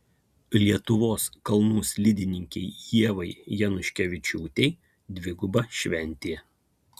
lietuvos kalnų slidininkei ievai januškevičiūtei dviguba šventė